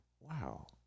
wow